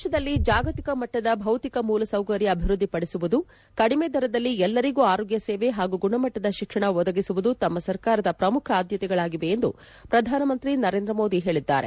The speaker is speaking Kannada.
ದೇತದಲ್ಲಿ ಜಾಗತಿಕ ಮಟ್ಟದ ಭೌತಿಕ ಮೂಲಸೌಕರ್ಯ ಅಭಿವೃದ್ದಿಪಡಿಸುವುದು ಕಡಿಮೆ ದರದಲ್ಲಿ ಎಲ್ಲರಿಗೂ ಆರೋಗ್ಟ ಸೇವೆ ಹಾಗೂ ಗುಣಮಟ್ಟದ ಶಿಕ್ಷಣ ಒದಗಿಸುವುದು ತಮ್ನ ಸರ್ಕಾರದ ಪ್ರಮುಖ ಆದ್ಗತೆಗಳಾಗಿವೆ ಎಂದು ಪ್ರಧಾನಮಂತ್ರಿ ನರೇಂದ್ರ ಮೋದಿ ಹೇಳಿದ್ದಾರೆ